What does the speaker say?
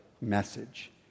message